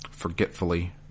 Forgetfully